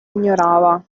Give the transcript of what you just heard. ignorava